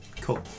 Cool